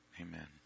Amen